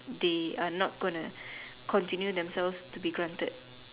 they are not gonna continue themselves to be granted